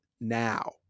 now